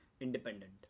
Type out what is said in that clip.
Independent